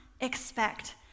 expect